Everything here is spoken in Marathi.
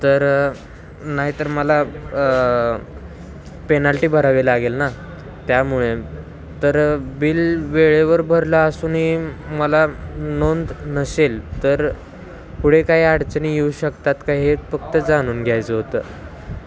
तर नाही तर मला पेनाल्टी भरावी लागेल ना त्यामुळे तर बिल वेळेवर भरलं असूनही मला नोंद नसेल तर पुढे काही अडचणी येऊ शकतात का हे फक्त जाणून घ्यायचं होतं